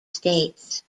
states